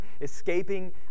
escaping